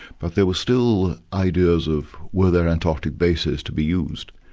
but there were still ideas of were there antarctic bases to be used.